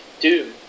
Doom